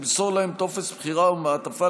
תמסור להם טופס בחירה ומעטפה,